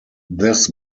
this